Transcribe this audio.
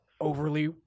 overly